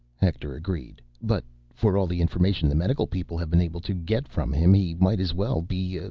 hector agreed. but. for all the information the medical people have been able to get from him, he might as well be, ah,